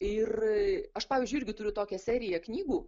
ir aš pavyzdžiui irgi turiu tokią seriją knygų